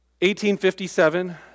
1857